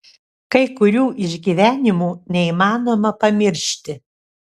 kai kurių išgyvenimų neįmanoma pamiršti